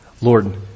Lord